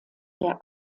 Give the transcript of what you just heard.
der